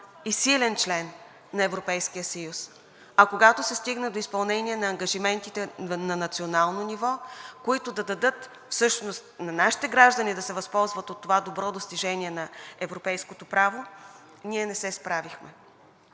и силен член на Европейския съюз, а когато се стигна до изпълнение на ангажиментите на национално ниво, които да дадат всъщност на нашите граждани да се възползват от това добро достижение на европейското право, ние не се справихме.